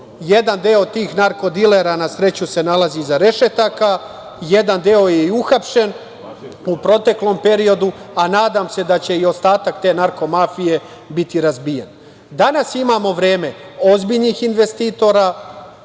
Jedan deo tih narko-dilera, na sreću, nalazi se iza rešetaka, jedan deo je i uhapšen u proteklom periodu, a nadam se da će i ostatak te narko-mafije biti razbijen. Danas imamo vreme ozbiljnih investitora,